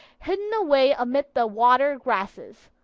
hidden away amid the water grasses.